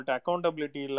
accountability